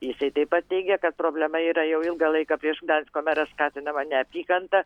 jisai taip pat teigia kad problema yra jau ilgą laiką prieš gdansko merą skatinama neapykanta